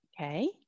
Okay